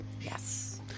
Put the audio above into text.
Yes